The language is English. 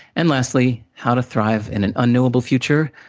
and, lastly, how to thrive in an unknowable future?